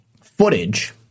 footage